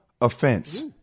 offense